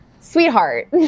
sweetheart